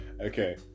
Okay